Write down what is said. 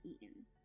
eaten